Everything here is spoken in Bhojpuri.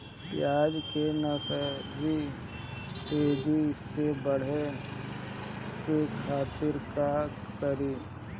प्याज के नर्सरी तेजी से बढ़ावे के खातिर का करी?